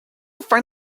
find